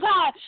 God